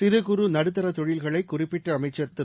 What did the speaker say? சிறு குறு நடுத்தரத் தொழில்களை குறிப்பிட்ட அமைச்சர் திரு